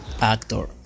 Actor